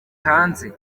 hanze